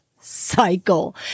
cycle